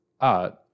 art